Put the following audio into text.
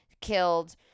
killed